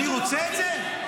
אני רוצה את זה?